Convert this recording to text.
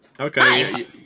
Okay